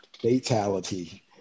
Fatality